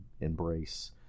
embrace